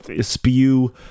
spew